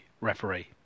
referee